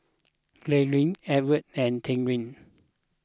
Glynda Edwin and Terrill